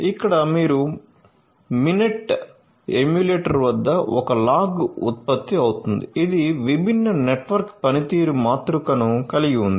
ఇక్కడ మీరు Mininet emulator వద్ద ఒక లాగ్ ఉత్పత్తి అవుతుంది ఇది విభిన్న నెట్వర్క్ పనితీరు మాతృకను కలిగి ఉంటుంది